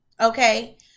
okay